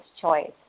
choice